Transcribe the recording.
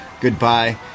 goodbye